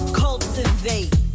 cultivate